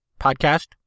Podcast